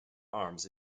arms